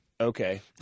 Okay